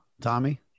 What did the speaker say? Tommy